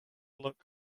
luck